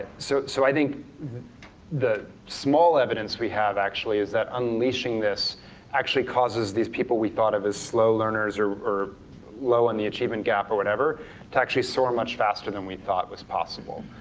so so i think the small evidence we have actually is that unleashing this actually causes these people we thought of as slow learners or or low on the achievement gap or whatever to actually soar much faster than we thought was possible.